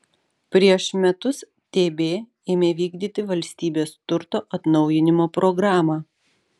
prieš metus tb ėmė vykdyti valstybės turto atnaujinimo programą